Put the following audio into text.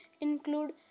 include